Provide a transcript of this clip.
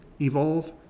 Evolve